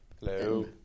Hello